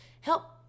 help